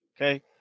okay